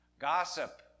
Gossip